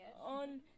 on